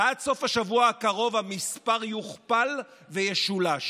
ועד סוף השבוע הקרוב המספר יוכפל וישולש.